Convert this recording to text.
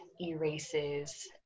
erases